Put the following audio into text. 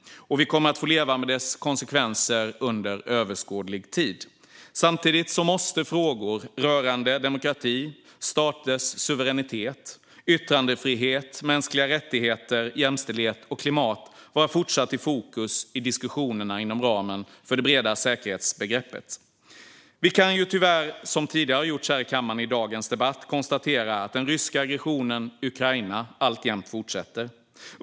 Vi kommer att få leva med dess konsekvenser under överskådlig tid. Samtidigt måste frågor rörande demokrati, staters suveränitet, yttrandefrihet, mänskliga rättigheter, jämställdhet och klimat vara fortsatt i fokus i diskussionerna inom ramen för det breda säkerhetsbegreppet. Vi kan tyvärr, som tidigare har gjorts här i kammaren i dagens debatt, konstatera att den ryska aggressionen i Ukraina alltjämt fortsätter.